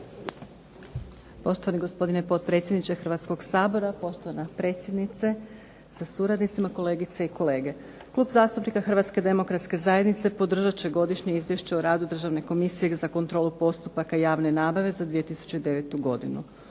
Poštovani gospodine potpredsjedniče Hrvatskog sabora, poštovana predsjednice sa suradnicima, kolegice i kolege. Klub zastupnika HDZ-a podržat će godišnje Izvješće o radu Državne komisije za kontrolu postupaka javne nabave za 2009. godinu.